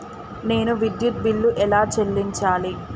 నేను విద్యుత్ బిల్లు ఎలా చెల్లించాలి?